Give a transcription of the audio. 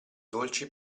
dolci